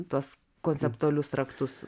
tuos konceptualius raktus